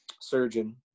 surgeon